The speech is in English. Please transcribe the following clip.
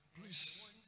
please